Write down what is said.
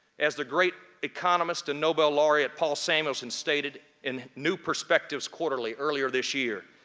as the great economist and nobel laureate paul samuelson stated in new perspectives quarterly earlier this year,